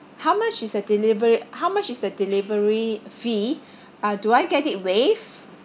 how much is the delivery how much is the delivery fee uh do I get it waived